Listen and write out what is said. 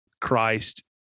Christ